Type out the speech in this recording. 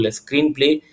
screenplay